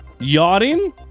Yachting